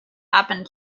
happened